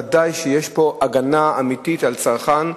ודאי שיש פה הגנה אמיתית על צרכן,